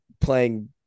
playing